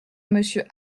monsieur